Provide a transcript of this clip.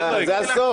אה, זה הסוף.